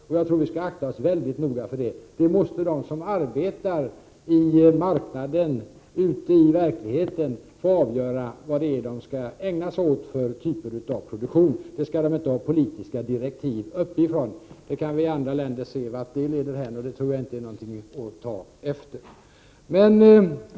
Det måste vara de som arbetar ute på marknaden, ute i verkligheten, som skall få avgöra vilka typer av produktion som koncernen skall bedriva. För det skall de inte ha politiska direktiv uppifrån. Vi kan i andra länder se vart detta leder hän, och jag tror inte att det är något att ta efter.